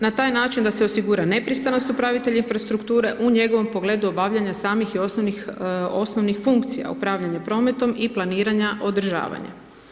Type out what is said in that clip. Na taj način da se osigura nepristranost upravitelja infrastrukture u njegovom pogledu obavljanja samih i osnovnih, osnovnih funkcija, upravljanje prometom i planiranja održavanja.